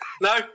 No